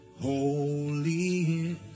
holy